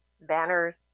banners